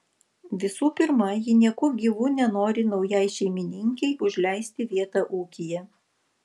visų pirma ji nieku gyvu nenori naujai šeimininkei užleisti vietą ūkyje